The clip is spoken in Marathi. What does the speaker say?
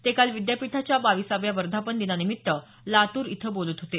ते काल विद्यापीठाच्या बाविसाव्या वर्धापनदिनानिमित्त लातूर इथं बोलत होते